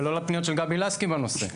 ולא לפניות של גבי לסקי בנושא.